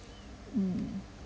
mm